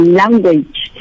language